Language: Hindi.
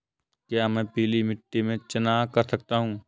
क्या मैं पीली मिट्टी में चना कर सकता हूँ?